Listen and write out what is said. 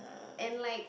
and like